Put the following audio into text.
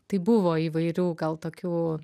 tai buvo įvairių gal tokių